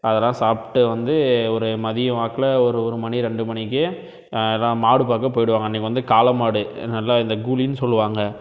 அதெல்லாம் சாப்பிட்டு வந்து ஒரு மதியம் வாக்கில் ஒரு ஒரு மணி ரெண்டு மணிக்கு எல்லாம் மாடு பார்க்க போய்விடுவாங்க அன்றைக்கு வந்து காளை மாடு நல்லா இந்த கூலின்னு சொல்லுவாங்க